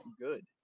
good